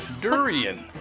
Durian